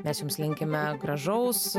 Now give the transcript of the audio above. mes jums linkime gražaus